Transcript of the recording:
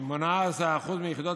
הוקצו לציבור החרדי מתוך 475,000 יחידות